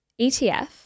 ETF